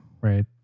Right